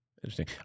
interesting